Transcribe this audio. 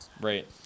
Right